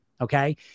okay